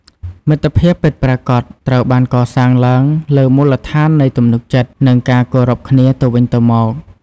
មិត្តភាពពិតប្រាកដត្រូវបានកសាងឡើងលើមូលដ្ឋាននៃទំនុកចិត្ត និងការគោរពគ្នាទៅវិញទៅមក។